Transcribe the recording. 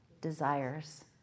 desires